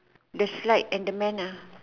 the slide and the man nah